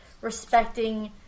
respecting